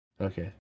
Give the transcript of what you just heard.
okay